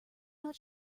not